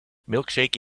milkshake